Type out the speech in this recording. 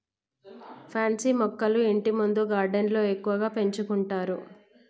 pansy మొక్కలు ఇంటిముందు గార్డెన్లో ఎక్కువగా పెంచుకుంటారు